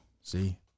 See